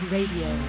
Radio